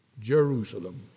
Jerusalem